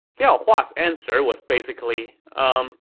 liao hua's answer was basically, um